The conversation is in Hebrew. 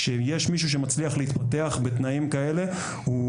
כשיש מישהו שמצליח להתפתח בתנאים כאלה - הוא